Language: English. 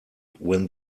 when